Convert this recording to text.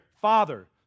father